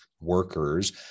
workers